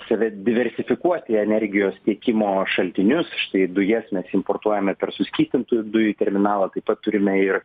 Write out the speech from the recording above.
save diversifikuoti energijos tiekimo šaltinius štai dujas mes importuojame per suskystintųjų dujų terminalą taip pat turime ir